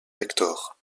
hector